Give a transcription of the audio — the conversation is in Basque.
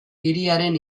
hiriaren